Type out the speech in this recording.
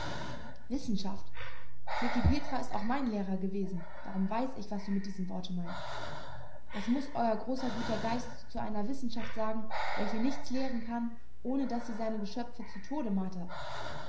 wissenschaft klekih petra ist auch mein lehrer gewesen darum weiß ich was du mit diesem worte meinst was muß euer großer guter geist zu einer wissenschaft sagen welche nichts lehren kann ohne daß sie seine geschöpfe zu tode martert